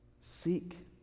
Seek